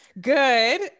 good